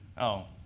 oh,